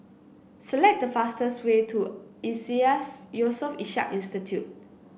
select the fastest way to Iseas Yusof Ishak Institute